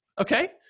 Okay